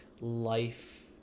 life